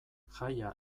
jaia